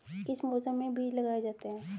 किस मौसम में बीज लगाए जाते हैं?